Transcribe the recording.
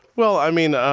well, i mean,